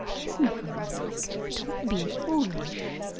kiss me how you like. don't be foolish.